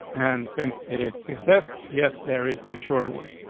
and since it is success, yes, there is a shorter way.